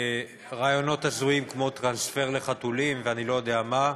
רעיונות הזויים כמו טרנספר לחתולים ואני לא יודע מה,